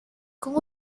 con